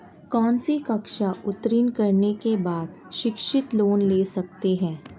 कौनसी कक्षा उत्तीर्ण करने के बाद शिक्षित लोंन ले सकता हूं?